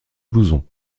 blouson